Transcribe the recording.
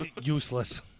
Useless